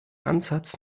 ansatz